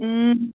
ওম